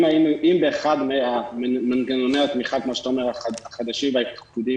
אם באחד ממנגנוני התמיכה החדשים והייחודיים